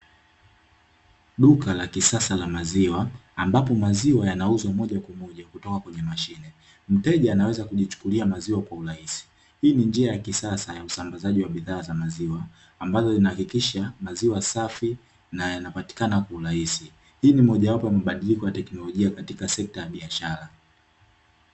Duka la kisasa la maziwa ambapo maziwa yanauzwa moja kwa moja kutoka kwenye mashine, mteja anaweza kujichukulia maziwa kwa urahisi hii ni njia ya kisasa ya usambazaji wa bidhaa za maziwa ambazo zinahakikisha maziwa safi na yanapatikana kwa urahisi, hii ni mojawapo ya mabadiliko ya teknolojia katika sekta ya biashara.